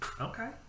Okay